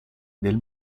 del